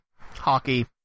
Hockey